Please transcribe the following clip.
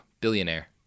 billionaire